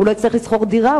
הוא לא יצטרך לשכור דירה,